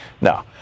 no